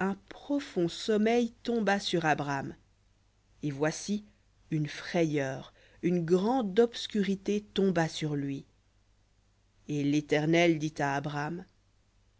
un profond sommeil tomba sur abram et voici une frayeur une grande obscurité tomba sur lui et dit à abram